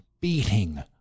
beating